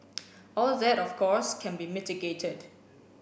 all that of course can be mitigated